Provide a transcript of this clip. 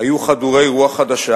היו חדורי רוח חדשה.